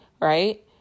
right